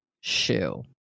shoe